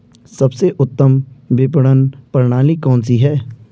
सबसे उत्तम विपणन प्रणाली कौन सी है?